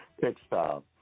textile